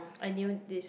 I knew this